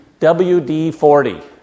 WD-40